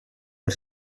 per